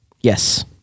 Yes